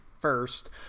first